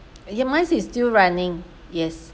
ya mine is still running yes